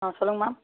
ஆ சொல்லுங்கள் மேம்